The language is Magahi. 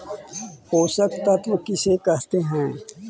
पोषक तत्त्व किसे कहते हैं?